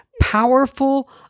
powerful